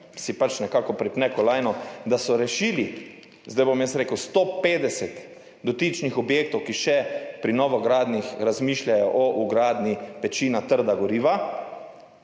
si pač nekako pripne kolajno, da so rešili, zdaj bom jaz rekel, 150 dotičnih objektov, ki še pri novogradnjah razmišljajo o vgradnji peči na trda goriva,